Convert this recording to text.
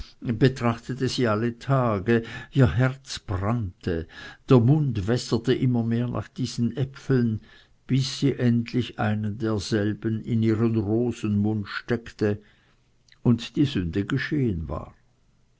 betrachtete sie alle tage ihr herz brannte der mund wässerte immer mehr nach diesen äpfeln bis sie endlich einen derselben in ihren rosenmund steckte und die sünde geschehen war